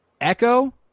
Echo